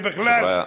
הם בכלל,